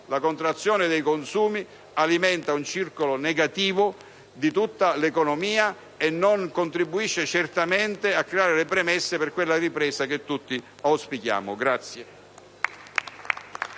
la contrazione dei consumi alimenta un circolo negativo in tutta l'economia e non contribuisce certamente a creare le premesse per quella ripresa che tutti auspichiamo.